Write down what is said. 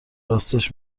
راستش